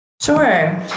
Sure